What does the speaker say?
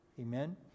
Amen